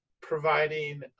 providing